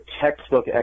textbook